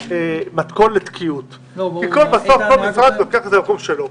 מתכון לתקיעות כי כל משרד לוקח את זה לתחום שלו.